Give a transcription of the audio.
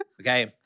Okay